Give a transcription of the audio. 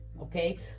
okay